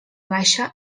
baixa